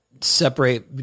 separate